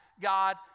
god